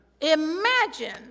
Imagine